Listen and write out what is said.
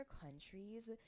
countries